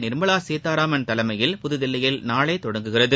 நிர்மலா சீதாராமன் தலைமையில் புதுதில்லியில் நாளை தொடங்குகிறது